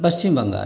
Paschim Bengal